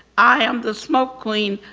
i am the smoke queen.